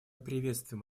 приветствуем